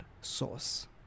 source